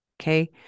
okay